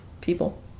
people